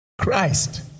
Christ